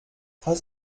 hast